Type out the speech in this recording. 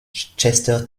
chester